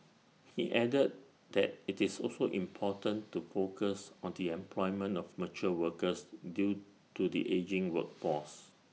he added that IT is also important to focus on the employment of mature workers due to the ageing workforce